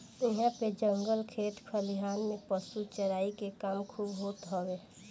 इहां पे जंगल खेत खलिहान में पशु चराई के काम खूब होत हवे